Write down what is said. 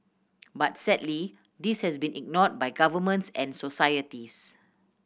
but sadly this has been ignored by governments and societies